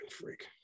freak